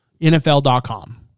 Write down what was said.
NFL.com